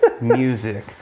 music